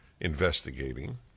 investigating